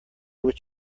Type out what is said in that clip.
what